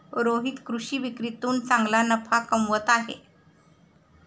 रोहित कृषी विक्रीतून चांगला नफा कमवत आहे